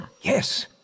Yes